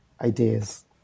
ideas